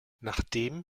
nachdem